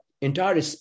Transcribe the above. entire